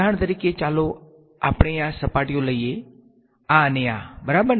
ઉદાહરણ તરીકે ચાલો આપણે આ સપાટીઓ લઈએ આ અને આ બરાબર